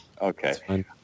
Okay